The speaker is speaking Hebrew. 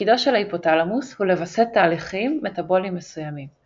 תפקידו של ההיפותלמוס הוא לווסת תהליכים מטבוליים מסוימים,